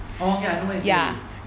orh okay I know where you stay already